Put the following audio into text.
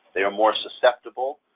they are more susceptible,